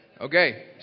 Okay